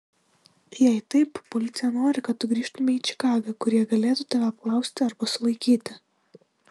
jei taip policija nori kad tu grįžtumei į čikagą kur jie galėtų tave apklausti arba sulaikyti